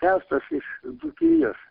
kęstas iš dzūkijos